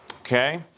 Okay